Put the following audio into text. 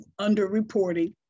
underreporting